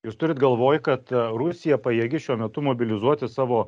jūs turit galvoj kad rusija pajėgi šiuo metu mobilizuoti savo